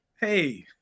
hey